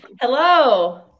Hello